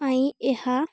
ପାଇଁ ଏହା